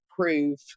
prove